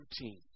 routine